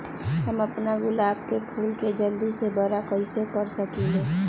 हम अपना गुलाब के फूल के जल्दी से बारा कईसे कर सकिंले?